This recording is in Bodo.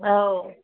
औ